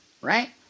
right